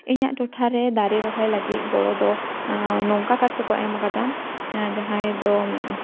ᱤᱧᱟᱹᱜ ᱴᱚᱴᱷᱟᱨᱮ ᱫᱟᱨᱮ ᱨᱚᱦᱚᱭ ᱞᱟᱹᱜᱤᱫ ᱜᱚᱲᱚ ᱫᱚ ᱱᱚᱝᱠᱟ ᱠᱟᱨᱛᱮᱠᱚ ᱮᱢ ᱟᱠᱟᱫᱟ ᱡᱟᱦᱟᱸᱭ ᱫᱚ